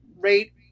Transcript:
rate